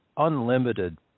unlimited